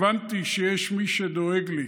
הבנתי שיש מי שדואג לי,